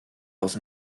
als